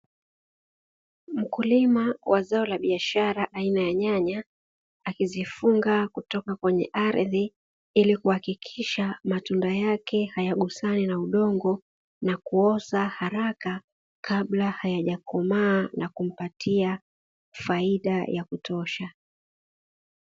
Mkulima wa zao la biashara aina ya nyanya akizifunga kutoka kwenye ardhi, ili kuhakikisha matunda yake hayagusani na udongo na kuoza haraka kabla hayajakomaa na kumpatia faida ya kutosha.